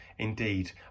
Indeed